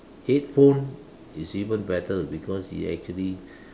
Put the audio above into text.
headphone is even better because it actually